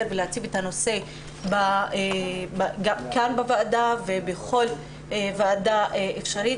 ולהציף את הנושא כאן בוועדה ובכל ועדה אפשרית?